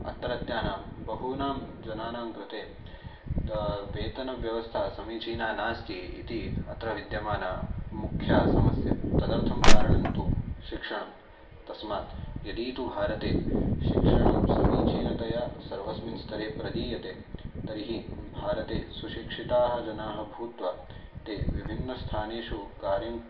अत्रत्यानां बहूनां जनानां कृते वेतनव्यवस्था समीचीना नास्ति इति अत्र विद्यमाना मुख्या समस्या तदर्थं कारणं तु शिक्षणं तस्मात् यदि तु भारते शिक्षणं समीचीनतया सर्वस्मिन् स्तरे प्रदीयते तर्हि भारते सुशिक्षिताः जनाः भूत्वा ते विभिन्नस्थानेषु कार्यं